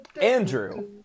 Andrew